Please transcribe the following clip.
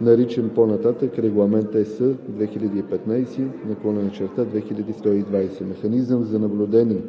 наричан по-нататък „Регламент (ЕС) 2015/2120“, механизъм за наблюдение